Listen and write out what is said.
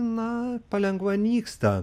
na palengva nyksta